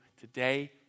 today